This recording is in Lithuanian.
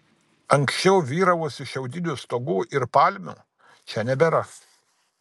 anksčiau vyravusių šiaudinių stogų ir palmių čia nebėra